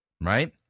Right